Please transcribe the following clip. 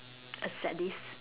a sadist